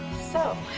so,